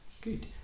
good